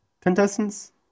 contestants